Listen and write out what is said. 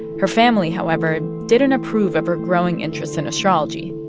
her family, however, didn't approve of her growing interest in astrology.